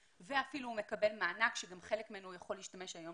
ואפילו הוא מקבל מענק שגם בחלק ממנו הוא יכול להשתמש היום